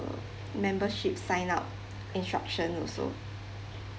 membership sign up instruction also